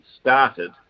started